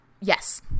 Yes